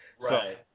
Right